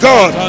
God